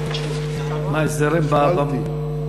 מה, יש זרם, התחשמלתי.